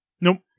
Nope